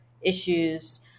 issues